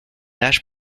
âge